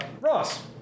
Ross